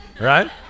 Right